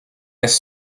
jest